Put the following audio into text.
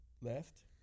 left